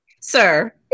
sir